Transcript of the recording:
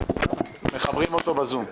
מחברים אותו ב"זום".